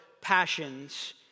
passions